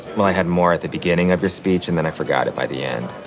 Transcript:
well, i had more at the beginning of your speech and then i forgot it by the end.